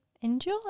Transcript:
Enjoy